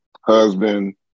husband